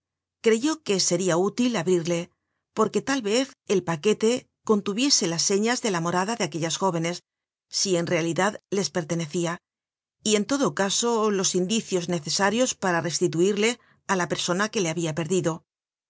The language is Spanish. creyó que seria útil abrirle porque tal vez el paquete contuviese las señas de la morada de aquellas jóvenes si en realidad les pertenecia y en todo caso los indicios necesarios para restituirle á la persona que le habia perdido